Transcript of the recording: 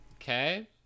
Okay